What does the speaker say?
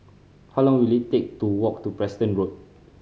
how long will it take to walk to Preston Road